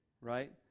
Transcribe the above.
right